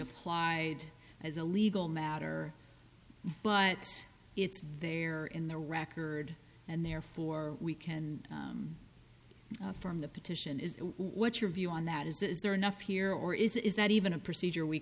applied as a legal matter but it's there in the record and therefore weekend from the petition is what's your view on that is there enough here or is that even a procedure we